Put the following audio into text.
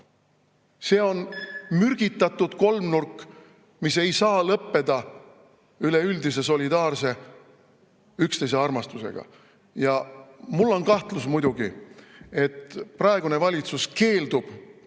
See on mürgitatud kolmnurk, mis ei saa lõppeda üleüldise solidaarse üksteise armastusega. Mul on muidugi kahtlus, et praegune valitsus keeldub